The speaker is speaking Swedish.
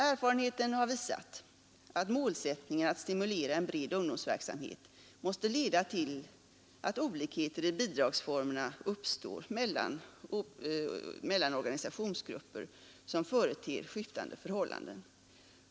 Erfarenheten har visat att målsättningen att stimulera en bred ungdomsverksamhet måste leda till att olikheter i bidragsformerna uppstår mellan organisationsgrupper som företer skiftande förhållanden.